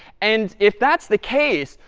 and if that's the case,